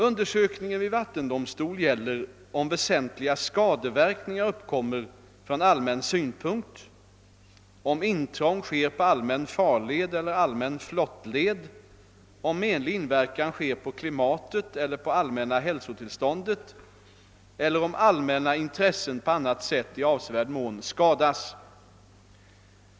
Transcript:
Undersökningen vid vattendomstol gäller om väsentliga skadeverkningar uppkommer från allmän synpunkt, om intrång sker på allmän farled eller allmän flottled, om menlig inverkan sker på klimatet eller på allmänna hälsotillståndet eller om allmänna intressen på annat sätt i avsevärd mån skadas.